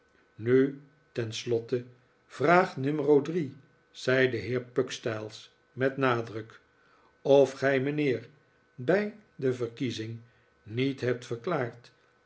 nu tenslotte vraag numero drie zei de heer pugstyles met nadruk of gij mijnheer bij de verkiezing niet hebt verklaard